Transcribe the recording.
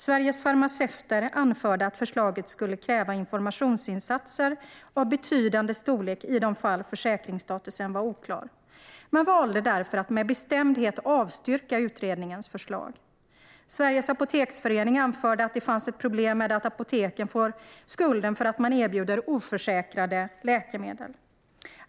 Sveriges Farmaceuter anförde att förslaget skulle kräva informationsinsatser av betydande storlek i de fall försäkringsstatusen var oklar. Man valde därför att med bestämdhet avstyrka utredningens förslag. Sveriges Apoteksförening anförde att det fanns ett problem med att apoteken får skulden för att man erbjuder oförsäkrade läkemedel.